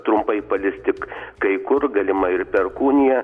trumpai palis tik kai kur galima ir perkūnija